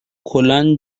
کلا